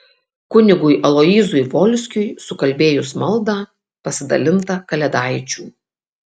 kunigui aloyzui volskiui sukalbėjus maldą pasidalinta kalėdaičių